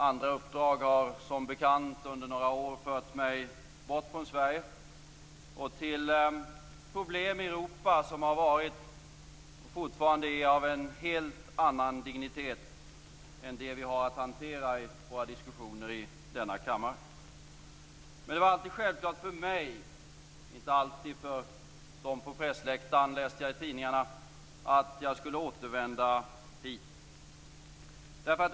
Andra uppdrag har som bekant under några år fört mig bort från Sverige och till problem i Europa som har varit och fortfarande är av en helt annan dignitet än det vi har att hantera i våra diskussioner i denna kammare. Men det var alltid självklart för mig - inte alltid för dem på pressläktaren, läste jag i tidningarna - att jag skulle återvända hit.